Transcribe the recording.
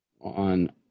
On